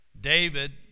David